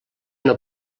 una